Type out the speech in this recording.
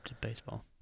baseball